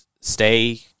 stay